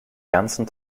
ganzen